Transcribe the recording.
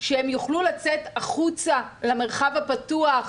שהם יוכלו לצאת החוצה למרחב הפתוח,